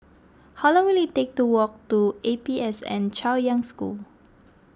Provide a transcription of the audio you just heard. how long will it take to walk to A P S N Chaoyang School